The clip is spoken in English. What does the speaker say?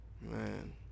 Man